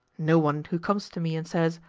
no one who comes to me and says,